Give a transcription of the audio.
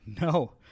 no